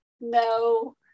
no